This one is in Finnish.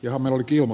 romeo ikioma